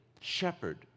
shepherd